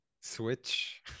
switch